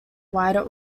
wider